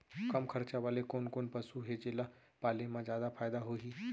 कम खरचा वाले कोन कोन पसु हे जेला पाले म जादा फायदा होही?